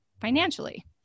financially